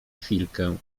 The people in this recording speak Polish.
chwilkę